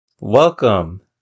Welcome